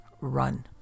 run